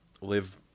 live